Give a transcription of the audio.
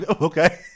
Okay